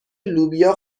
لوبیا